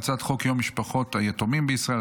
הצעת חוק יום משפחות היתומים בישראל,